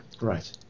Right